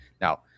now